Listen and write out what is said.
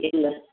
ಇಲ್ಲ